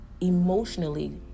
emotionally